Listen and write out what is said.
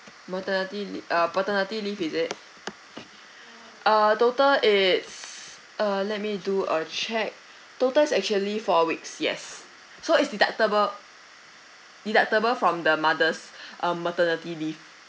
maternity leave uh paternity leave is it uh total is err let me do a check total is actually four weeks yes so is deductible deductible from the mother's um maternity leave